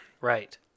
Right